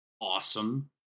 awesome